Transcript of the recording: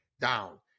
down